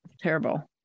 terrible